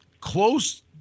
close